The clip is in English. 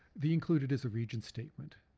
the included is a region statement,